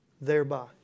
thereby